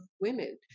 women